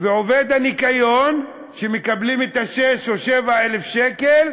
ועובד הניקיון, שמקבלים 6,000 או 7,000 שקלים,